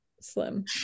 slim